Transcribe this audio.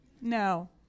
No